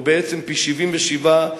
או בעצם פי שבעים ושבעה,